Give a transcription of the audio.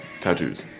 tattoos